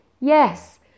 yes